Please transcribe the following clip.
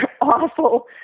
awful